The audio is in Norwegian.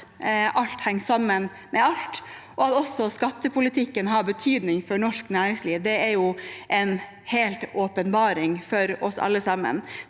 alt henger sammen med alt, og at også skattepolitikken har betydning for norsk næringsliv. Det er jo helt åpenbart for oss alle sammen.